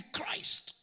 Christ